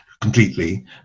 completely